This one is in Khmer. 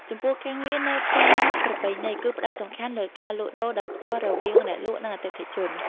ចំពោះការងារនៅផ្សារប្រពៃណីគឺផ្តោតសំខាន់លើការលក់ដូរដោយផ្ទាល់រវាងអ្នកលក់ និងអតិថិជន។